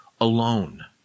alone